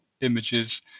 images